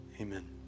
Amen